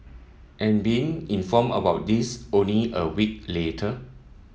and being informed about this only a week later